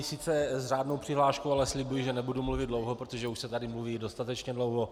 Sice s řádnou přihláškou, ale slibuji, že nebudu mluvit dlouho, protože už se tady mluví dostatečně dlouho.